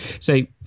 say